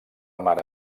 mare